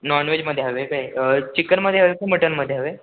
non वेजमध्ये हवे काय चिकनमध्ये हवे की मटनमध्ये हवे